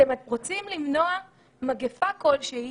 אתם רוצים למנוע את מגפת הקורונה,